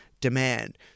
demand